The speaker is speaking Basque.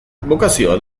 bokazioa